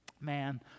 man